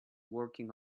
working